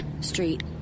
street